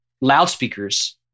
loudspeakers